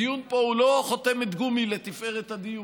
הדיון פה הוא לא חותמת גומי לתפארת הדיון.